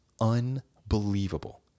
unbelievable